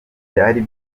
byari